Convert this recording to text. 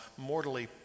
mortally